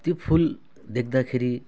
त्यो फुल देख्दाखेरि